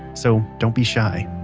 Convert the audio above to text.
so don't be shy.